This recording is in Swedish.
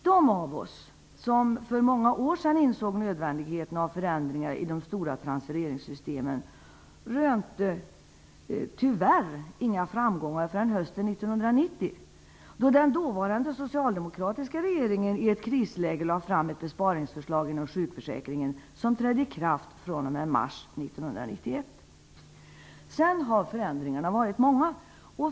De av oss som för många år sedan insåg nödvändigheten av förändringar i de stora transfereringssystemen rönte tyvärr inga framgångar förrän hösten 1990. Då lade den dåvarande socialdemokratiska regeringen i ett krisläge fram ett besparingsförslag inom sjukförsäkringen. Det trädde i kraft fr.o.m. mars Sedan har förändringarna varit många.